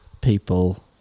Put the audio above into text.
people